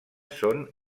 són